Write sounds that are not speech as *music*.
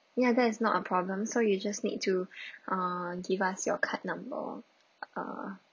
ya that is not a problem so you just need to *breath* uh give us your card number uh